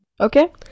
okay